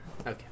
Okay